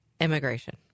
Immigration